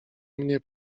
mnie